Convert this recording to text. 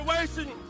situation